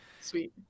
sweet